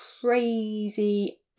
crazy